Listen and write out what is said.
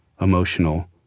emotional